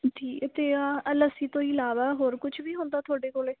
ਠੀਕ ਅਤੇ ਆਹ ਲੱਸੀ ਤੋਂ ਇਲਾਵਾ ਹੋਰ ਕੁਝ ਵੀ ਹੁੰਦਾ ਤੁਹਾਡੇ ਕੋਲੇ